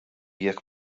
jekk